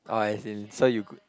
orh as in so you go